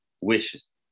wishes